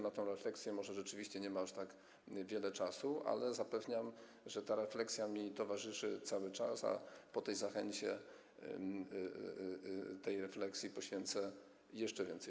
Na tę refleksję może rzeczywiście nie ma aż tak wiele czasu, ale zapewniam, że ta refleksja towarzyszy mi cały czas, a po tej zachęcie tej refleksji poświęcę jeszcze więcej